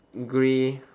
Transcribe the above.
grey